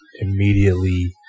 immediately